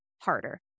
harder